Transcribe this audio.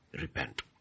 Repent